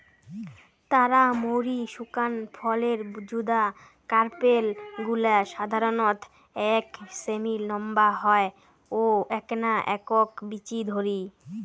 তারা মৌরি শুকান ফলের যুদা কার্পেল গুলা সাধারণত এক সেমি নম্বা হয় ও এ্যাকনা একক বীচি ধরি